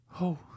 Oh